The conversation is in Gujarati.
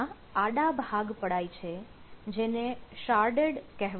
BigTable ના આડા ભાગ પડાય છે જેને શાર્ડેડ